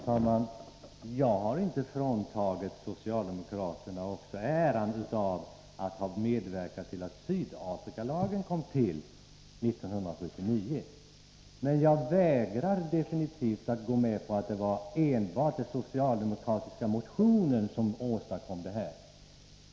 Herr talman! Jag har inte fråntagit socialdemokraterna äran av att ha medverkat till att Sydafrikalagen kom till 1979, men jag vägrar absolut att gå med på att det enbart var den socialdemokratiska motionen som låg bakom.